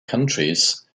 countries